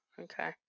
Okay